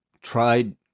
tried